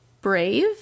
brave